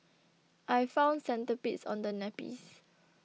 I found centipedes on the nappies